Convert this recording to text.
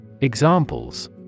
Examples